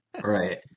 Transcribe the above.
right